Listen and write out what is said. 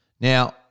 Now